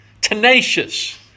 tenacious